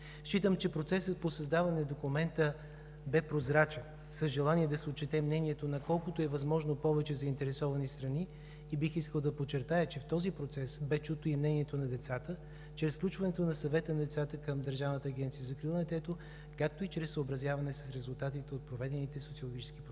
Считам, че процесът по създаване на документа бе прозрачен, с желание да се отчете мнението на колкото е възможно повече заинтересовани страни. Бих искал да подчертая, че в този процес бе чуто и мнението на децата чрез включването на Съвета на децата към Държавната агенция за закрила на детето, както и чрез съобразяване с резултатите от проведените социологически проучвания.